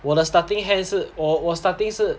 我的 starting hand 是我我 starting 是